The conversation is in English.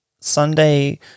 Sunday